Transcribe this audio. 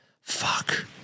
Fuck